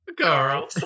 Carl